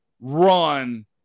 run